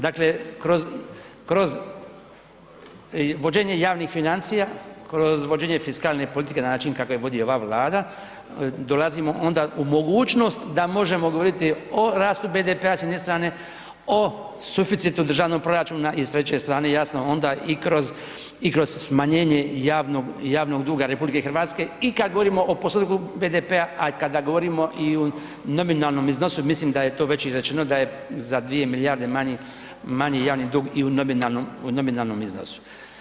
Dakle kroz vođenje javnih financija, kroz vođenje fiskalne politike na način kako je vodi ova Vlada dolazimo onda u mogućnost da možemo govoriti o rastu BDP-a s jedne strane o suficitu državnog proračuna i s treće strane jasno onda i kroz i kroz smanjenje javnog, javnog duga RH i kad govorimo o postotku BDP-a ali i kada govorimo i u nominalnom iznosu mislim da je to već izračunato da je za 2 milijarde manji javni dug i u nominalnom iznosu.